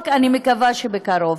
אני מקווה שבקרוב.